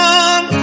one